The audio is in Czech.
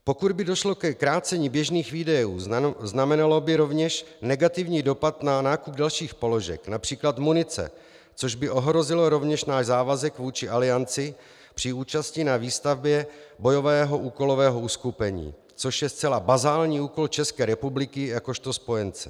Pokud by došlo ke krácení běžných výdajů, znamenalo by to rovněž negativní dopad na nákup dalších položek, např. munice, což by ohrozilo rovněž náš závazek vůči alianci při účasti na výstavbě bojového úkolového uskupení, což je zcela bazální úkol České republiky jakožto spojence.